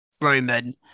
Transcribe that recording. Roman